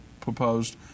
proposed